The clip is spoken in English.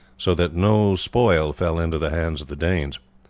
so that no spoil fell into the hands of the danes.